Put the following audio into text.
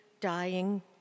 dying